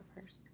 first